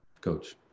coach